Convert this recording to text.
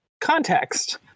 context